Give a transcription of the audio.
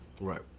right